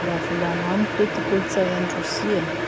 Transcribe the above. Mba volano amiko ty kolotsay any Rosia?